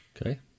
Okay